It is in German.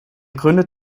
gründet